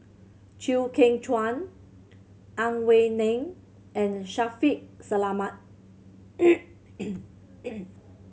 Chew Kheng Chuan Ang Wei Neng and Shaffiq Selamat